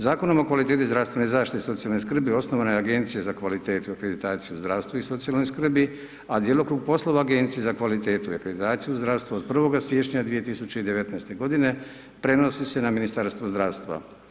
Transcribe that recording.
Zakonom o kvaliteti zdravstvene zaštite i socijalne skrbi osnovana je Agencija za kvalitetu i akreditaciju u zdravstvu i socijalnoj skrbi, a djelokrug poslova Agencije za kvalitetu i akreditaciju u zdravstvu od 01. siječnja 2019. godine, prenosi se na Ministarstvo zdravstva.